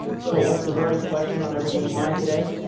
so what's the burning question on everyone's mind today?